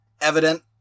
evident